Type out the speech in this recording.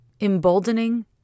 emboldening